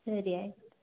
ಸರಿ ಆಯ್ತು